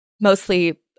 mostly